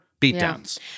beatdowns